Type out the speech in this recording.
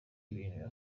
ibintu